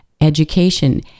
Education